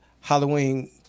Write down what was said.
Halloween